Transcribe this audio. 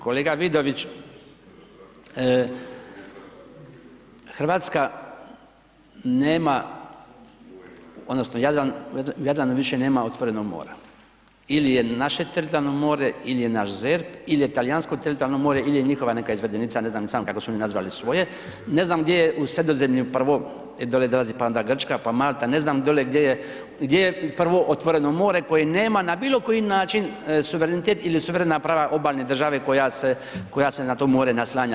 Kolega Vidović, Hrvatska nema odnosno Jadran više nema otvorenog mora ili je naše teritorijalno more ili je naš ZERP ili je talijansko teritorijalno more ili je njihova neka izvedenica, ne znam ni sam kako su oni nazvali svoje, ne znam gdje je u Sredozemlju dolazi prvo dolje dolazi Grčka, pa Malta ne znam dole gdje je prvo otvoreno more koje nema na bilo koji način suverenitet ili suverena prava obalne države koja se na to more naslanja.